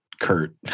Kurt